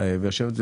האישור.